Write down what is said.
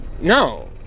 No